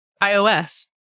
iOS